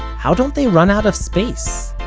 how don't they run out of space?